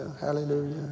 hallelujah